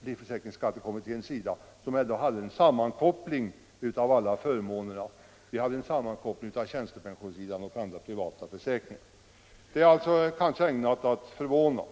livförsäkringsskattekommittén — som ändå gjort en sammankoppling av alla förmånerna på tjänstepensionssidan och andra privata försäkringar — så är detta kanske ägnat att förvåna.